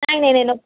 नाही नाही नाही नको